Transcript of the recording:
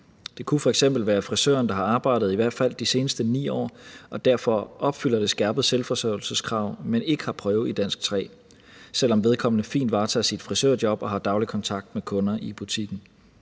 Det kunne f.eks. være frisøren, der har arbejdet i hvert fald de seneste 9 år og derfor opfylder det skærpede selvforsørgelseskrav, men ikke har bestået prøven i dansk 3, selv om vedkommende fint varetager sit frisørjob og har daglig kontakt med kunder i butikken.